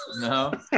No